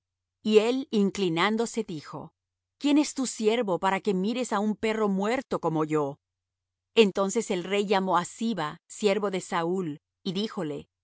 y él inclinándose dijo quién es tu siervo para que mires á un perro muerto como yo entonces el rey llamó á siba siervo de saúl y díjole todo lo